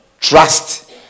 Trust